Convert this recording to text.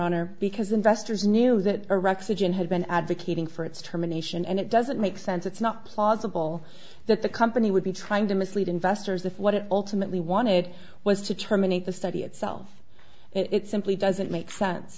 honor because investors knew that iraq's agent had been advocating for its termination and it doesn't make sense it's not plausible that the company would be trying to mislead investors if what it ultimately wanted was to terminate the study itself it simply doesn't make sense